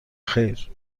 خیر